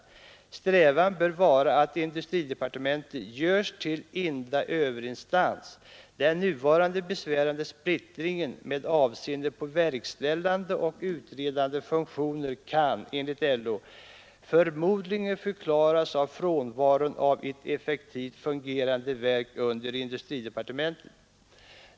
Strävan bör vara att industridepartementet görs till enda överinstans. Den nuvarande besvärande splittringen med avseende på verkställande och utredande funktioner kan, enligt LO, förmodligen förklaras av frånvaron av ett effektivt fungerande verk under industridepartementet.